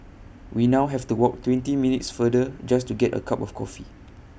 we now have to walk twenty minutes farther just to get A cup of coffee